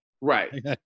Right